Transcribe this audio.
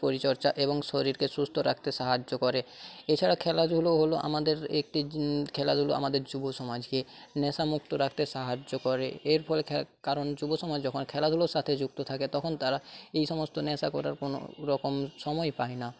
পরিচর্চা এবং শরীরকে সুস্থ রাখতে সাহায্য করে এছাড়া খেলাধুলো হলো আমাদের একটি খেলাধুলো আমাদের যুবসমাজকে নেশামুক্ত রাখতে সাহায্য করে এর ফলে কারণ যুবসমাজ যখন খেলাধুলোর সাথে যুক্ত থাকে তখন তারা এই সমস্ত নেশা করার কোনোরকম সময়ই পায় না